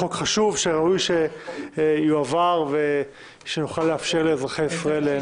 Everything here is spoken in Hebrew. חוק חשוב שראוי שיועבר ושנוכל לאפשר לאזרחי ישראל ליהנות ממנו.